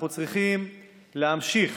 אנחנו צריכים להמשיך